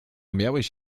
miałeś